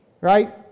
Right